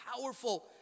powerful